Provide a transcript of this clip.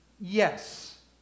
Yes